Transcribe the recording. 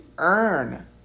Earn